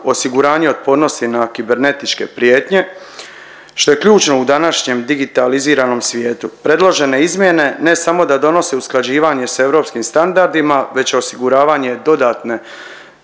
osiguranje otpornosti na kibernetičke prijetnje, što je ključno u današnjem digitaliziranom svijetu. Predložene izmjene ne samo da donose usklađivanje s europskim standardima već osiguravanje dodatne